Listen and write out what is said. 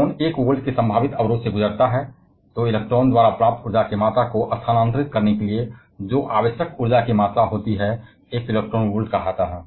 एक इलेक्ट्रॉन एक वोल्ट के संभावित अवरोध से गुजरता है तब इलेक्ट्रॉन द्वारा प्राप्त ऊर्जा की मात्रा को स्थानांतरित करने के लिए आवश्यक ऊर्जा की मात्रा होती है जिसे एक इलेक्ट्रॉन वोल्ट कहा जाता है